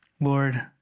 Lord